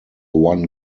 one